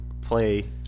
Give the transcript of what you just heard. play